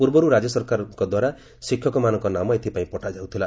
ପୂର୍ବରୁ ରାଜ୍ୟ ସରକାରମାନଙ୍କ ଦ୍ୱାରା ଶିକ୍ଷକମାନଙ୍କ ନାମ ଏଥିପାଇଁ ପଠାଯାଉଥିଲା